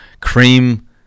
Cream